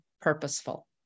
purposeful